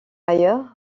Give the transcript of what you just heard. ailleurs